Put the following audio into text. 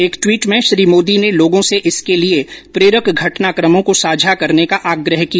एक ट्वीट में श्री मोदी ने लोगों से इसके लिए प्रेरक घटनाकमों को साझा करने का आग्रह किया